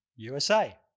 USA